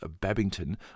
Babington